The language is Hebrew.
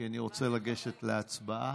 כי אני רוצה לגשת להצבעה.